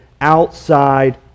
outside